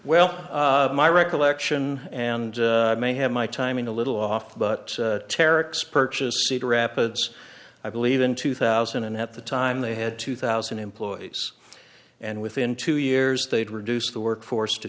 well my recollection and may have my timing a little off but terex purchased cedar rapids i believe in two thousand and at the time they had two thousand employees and within two years they'd reduce the work force to